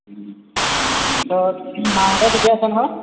তাৰ পাছত মাহঁতো ঠিকে আছে নহয়